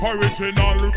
Original